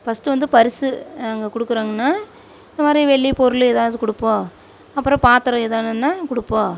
first வந்து பரிசு அவங்க கொடுக்குறாங்கனா இதுமாதிரி வெள்ளி பொருள் எதாவது கொடுப்போம் அப்பறம் பாத்தரம் ஏதாவதுன்னால் கொடுப்போம்